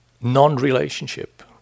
non-relationship